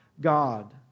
God